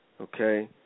okay